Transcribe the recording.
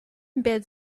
embed